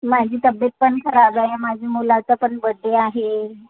माझी तब्येत पण खराब आहे माझे मुलाचा पण बड्डे आहे